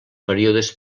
períodes